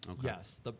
yes